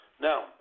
Now